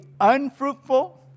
unfruitful